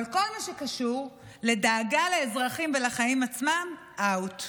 אבל כל מה שקשור לדאגה לאזרחים ולחיים עצמם, out.